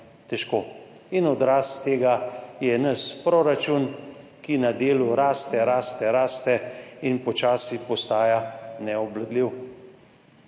Odraz tega je naš proračun, ki na delu raste, raste, raste in počasi postaja neobvladljiv.